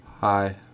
Hi